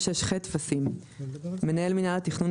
טפסים 26ח. מנהל מינהל התכנון,